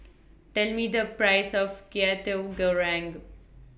Tell Me The Price of Kwetiau Goreng